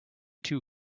two